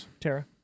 Tara